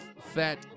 fat